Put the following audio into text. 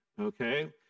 Okay